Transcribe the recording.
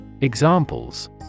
Examples